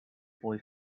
boy